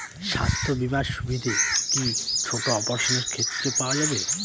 স্বাস্থ্য বীমার সুবিধে কি ছোট অপারেশনের ক্ষেত্রে পাওয়া যাবে?